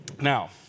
Now